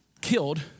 killed